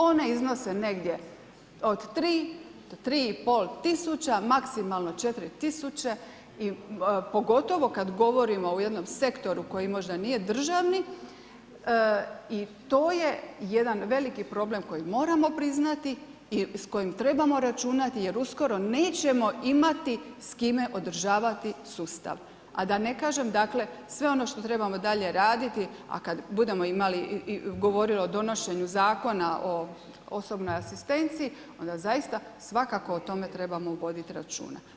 One iznose negdje od 3 do 3,5 tisuća, maksimalno 4 tisuće i pogotovo kad govorimo o jednom sektoru koji možda nije državni i to je jedan problem kojeg moramo priznati i s kojim trebamo računati jer uskoro nećemo imati s kime održavati sustav, a da ne kažem dakle, sve ono što trebamo dalje raditi, a kad budemo imali i govorili o donošenju Zakona o osobnoj asistenciji, onda zaista svakako o tome trebamo voditi računa.